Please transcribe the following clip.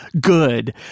good